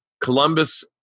Columbus